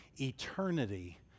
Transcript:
Eternity